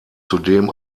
zudem